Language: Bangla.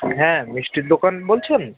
হ্যাঁ মিষ্টির দোকান বলছেন